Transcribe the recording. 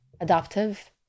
adaptive